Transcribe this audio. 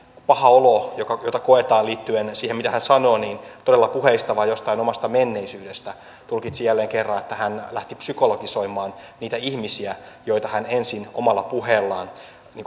paha olo jota jota kokee liittyen siihen mitä hän sanoo todella puheista vai jostain omasta menneisyydestä tulkitsin jälleen kerran että hän lähti psykologisoimaan niitä ihmisiä joita hän ensin omalla puheellaan